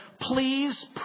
please